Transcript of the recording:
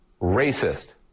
racist